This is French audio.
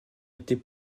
était